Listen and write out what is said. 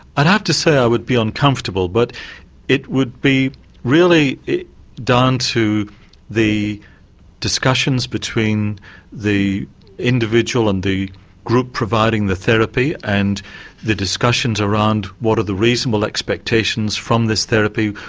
i'd have to say i would be uncomfortable. but it would be really down to the discussions between the individual and the group providing the therapy, and the discussions around what are the reasonable expectations from this therapy,